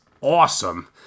awesome